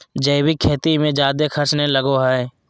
जैविक खेती मे जादे खर्च नय लगो हय